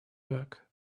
work